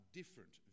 different